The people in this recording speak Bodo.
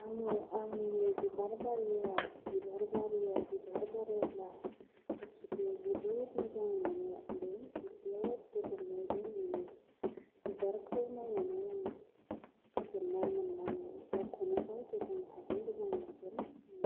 आङो आंनि बिबार बारियाव बिबार बारियाव बिबार बारोब्ला गोसोखौ जोबोद मोजां मोनो आरो जोबोद गोजोननायबो मोनो बिबारखौ नायनानै आं गोजोननाय मोननानै गावखौनो गाव गोजोनै थागोन गोजोनै मावगोन मोनो